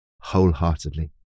wholeheartedly